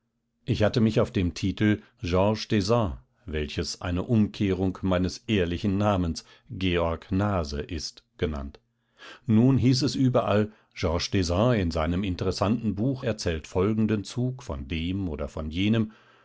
ich hatte mich auf dem titel george d'esan welches eine umkehrung meines ehrlichen namens georg nase ist genannt nun hieß es überall george desan in seinem interessanten buche erzählt folgenden zug von dem oder von jenem